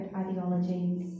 ideologies